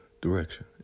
direction